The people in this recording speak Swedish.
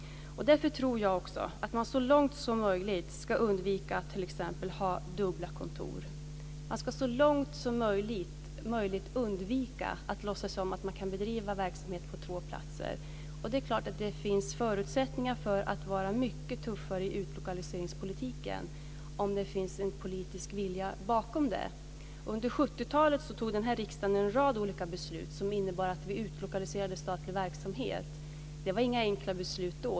Därför tror jag också att man så långt som möjligt ska undvika att t.ex. ha dubbla kontor. Man ska så långt som möjligt undvika att låtsas som att man kan bedriva verksamhet på två platser. Det klart att det finns förutsättningar för att vara mycket tuffare i utlokaliseringspolitiken om det finns en politisk vilja bakom. Under 70-talet fattade riksdagen en rad olika beslut som innebar att vi utlokaliserade statlig verksamhet. Det var inga enkla beslut då.